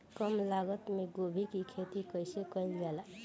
कम लागत मे गोभी की खेती कइसे कइल जाला?